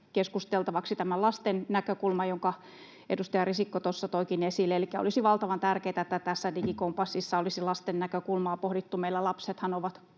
keskusteltavaksi tämän lasten näkökulman, jonka edustaja Risikko tuossa toikin esille. Elikkä olisi valtavan tärkeätä, että tässä digikompassissa olisi lasten näkökulmaa pohdittu. Meillä lapsethan ovat